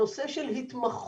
הנושא של התמחות